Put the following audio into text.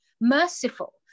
merciful